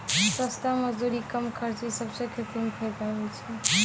सस्ता मजदूरी, कम खर्च ई सबसें खेती म फैदा होय छै